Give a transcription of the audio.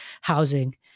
housing